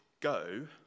Go